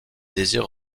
désire